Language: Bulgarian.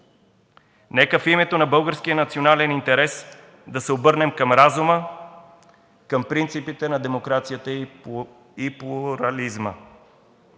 нека в името на българския национален интерес да се обърнем към разума, към принципите на демокрацията и плурализма.